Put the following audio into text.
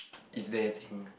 it's their thing